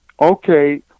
okay